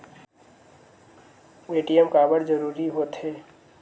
ATM काबर जरूरी हो थे?